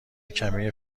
کمی